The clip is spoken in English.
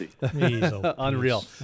Unreal